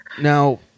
now